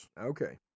Okay